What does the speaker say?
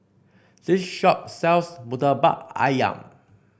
this shop sells murtabak ayam